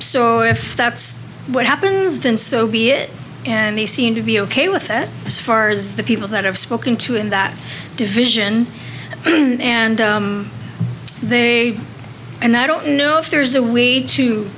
so if that's what happens then so be it and he seemed to be ok with it as far as the people that i've spoken to in that division and they and i don't know if there's a w